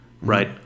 Right